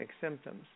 symptoms